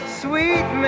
sweet